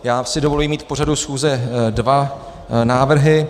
Já si dovolím mít k pořadu schůze dva návrhy.